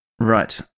Right